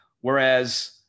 whereas